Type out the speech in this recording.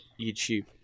YouTube